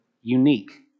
unique